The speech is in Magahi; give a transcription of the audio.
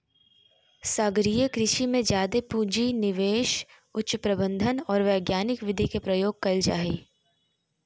सागरीय कृषि में जादे पूँजी, निवेश, उच्च प्रबंधन और वैज्ञानिक विधि के प्रयोग कइल जा हइ